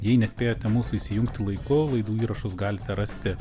jei nespėjote mūsų įsijungti laiku laidų įrašus galite rasti